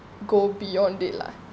go beyond that lah